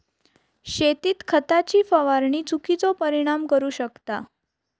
शेतीत खताची फवारणी चुकिचो परिणाम करू शकता